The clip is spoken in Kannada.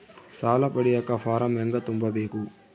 ಸಾಲ ಪಡಿಯಕ ಫಾರಂ ಹೆಂಗ ತುಂಬಬೇಕು?